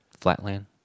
Flatland